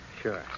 Sure